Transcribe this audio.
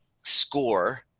score